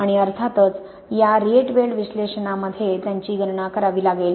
आणि अर्थातच या रिएटवेल्ड विश्लेषणामध्ये त्यांची गणना करावी लागेल